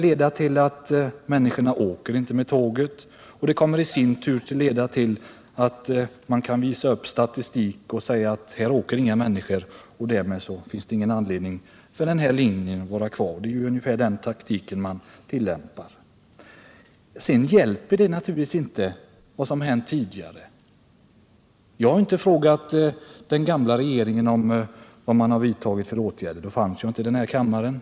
Om människor inte reser med tåget leder det i sin tur till att man kan få fram statistik som visar att det inte finns någon anledning att ha kvar denna linje. Det är ju den taktiken man tillämpar. Sedan hjälper det naturligtvis inte att hänvisa till vad som har hänt tidigare. Jag har inte frågat den gamla regeringen vilka åtgärder den har vidtagit — jag fanns ju inte i den här kammaren då.